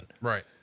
Right